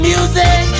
Music